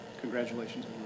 Congratulations